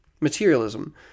materialism